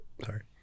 Sorry